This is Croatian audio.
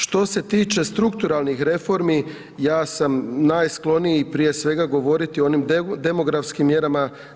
Što se tiče strukturalnih reformi, ja sam najskloniji, prije svega govoriti o onim demografskim mjerama.